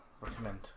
recommend